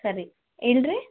ಸರಿ ಹೇಳ್ರಿ